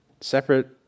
Separate